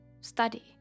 study